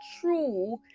true